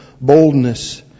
boldness